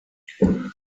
heute